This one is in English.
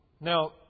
Now